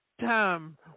Time